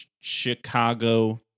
Chicago